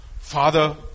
Father